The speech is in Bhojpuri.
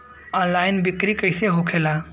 ऑनलाइन बिक्री कैसे होखेला?